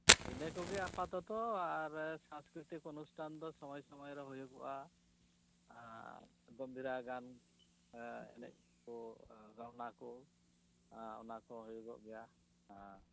ᱤᱱᱟᱹᱠᱚᱜᱮ ᱟᱯᱟᱛᱚᱛᱚ ᱟᱨ ᱥᱟᱝᱥᱠᱨᱤᱛᱤᱠ ᱚᱱᱩᱥᱴᱷᱟᱱ ᱫᱚ ᱥᱚᱢᱚᱭ ᱥᱚᱢᱚᱭ ᱨᱮ ᱦᱩᱭᱩᱜᱚᱜᱼᱟ ᱮᱱᱮᱡ ᱠᱚ ᱨᱚᱣᱱᱟ ᱠᱚ ᱚᱱᱟᱠᱚ ᱦᱩᱭᱩᱜᱚᱜ ᱜᱮᱭᱟ ᱦᱮᱸ